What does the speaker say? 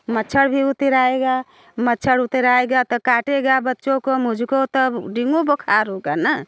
मच्छर भी उते रहेगा मच्छर उते रहेगा तो काटेगा बच्चों को मुझ को तब डेंगू बुख़ार होगा ना